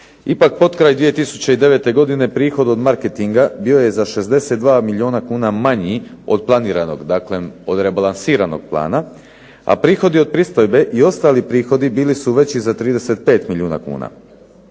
Ipak potkraj 2009. godine prihod od marketinga bio je za 62 milijuna kuna manji od planiranog, dakle od rebalansiranog plana, a prihodi od pristojbe i ostali prihodi bili su veći za 35 milijuna kuna.